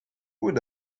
would